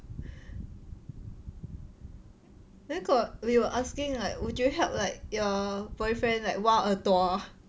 then got they were asking like would you help like your boyfriend like 挖耳朵